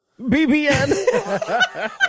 BBN